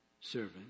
servant